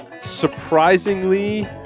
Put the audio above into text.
surprisingly